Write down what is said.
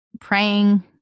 praying